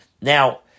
Now